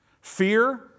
Fear